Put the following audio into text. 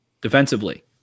defensively